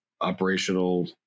operational